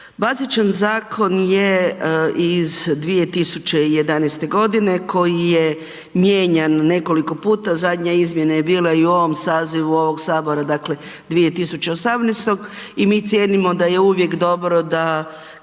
Bazičan zakon je iz 2011.g. koji je mijenjan nekoliko puta, zadnja izmjena je bila i u ovom sazivu ovog sabora, dakle 2018. i mi cijenimo da je uvijek dobro da